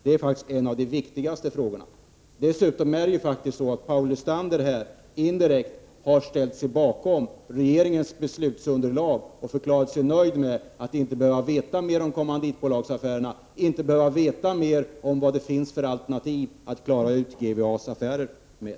Det är faktiskt en av de viktigaste frågorna. Paul Lestander har dessutom indirekt ställt sig bakom regeringens beslutsunderlag och förklarat sig nöjd med att inte behöva veta mer om kommanditbolagsaffärerna och om vad det finns för alternativ att klara ut GVA:s affärer för.